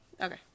Okay